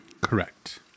Correct